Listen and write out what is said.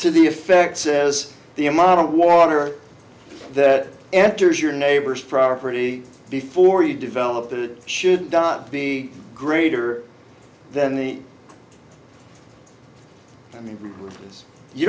to the effect says the amount of water that after is your neighbor's property before you develop it should dot be greater than the i